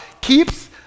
keeps